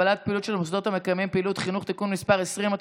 (הגבלת פעילות של מוסדות המקיימים פעילות חינוך) (תיקון מס' 19),